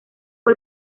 fue